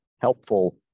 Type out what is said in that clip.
helpful